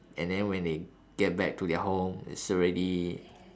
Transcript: and then when they get back to their home it's already